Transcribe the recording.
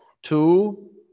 two